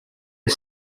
are